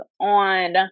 on